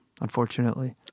unfortunately